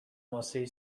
ماسهای